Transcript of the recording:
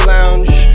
Lounge